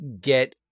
get